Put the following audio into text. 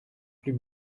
plus